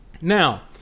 now